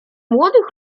młodych